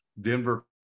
Denver